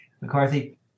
mccarthy